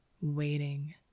waiting